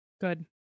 Good